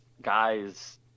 guys